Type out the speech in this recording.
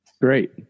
great